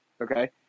okay